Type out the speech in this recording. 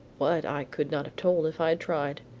what? i could not have told if i had tried.